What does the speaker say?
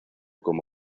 como